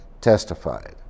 testified